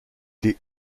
des